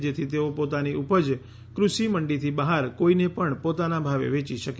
જેથી તેઓ પોતાની ઉપજ કૃષિમંડીથી બહાર કોઈ ને પણ પોતાના ભાવે વેચી શકે